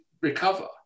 recover